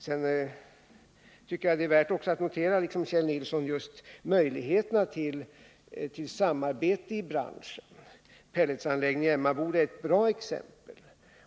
Jag tycker liksom Kjell Nilsson att det är värt att notera just möjligheten till samarbete i branschen. Pelletsanläggningen i Emmaboda är ett bra exempel.